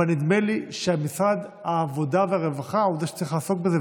אבל נדמה לי שוועדת העבודה והרווחה היא שצריכה לעסוק בזה,